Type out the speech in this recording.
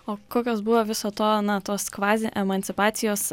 o kokios buvo viso to na tos kvaziemancipacijos